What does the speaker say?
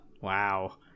Wow